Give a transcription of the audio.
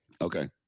Okay